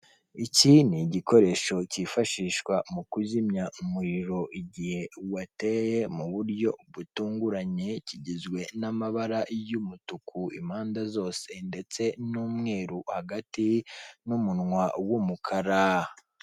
Iki ni igikoresho cyifashishwa mu kuzimya umuriro igihe wateye mu buryo butunguranye kigizwe n'amabara y'umutuku impande zose ndetse n'umweru hagati n'umunwa w'umukara.